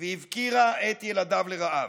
והפקירה את ילדיו לרעב.